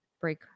break